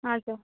हजुर